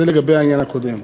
זה לגבי העניין הקודם.